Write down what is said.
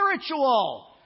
spiritual